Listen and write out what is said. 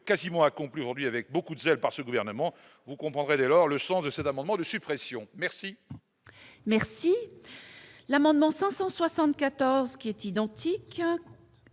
quasiment accomplie aujourd'hui avec beaucoup de zèle par ce gouvernement, vous comprendrez dès lors le sens de cet amendement de suppression merci. Merci l'amendement 574 qui est identique,